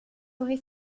aurait